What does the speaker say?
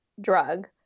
drug